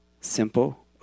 Simple